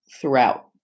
Throughout